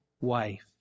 wife